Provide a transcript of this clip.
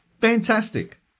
Fantastic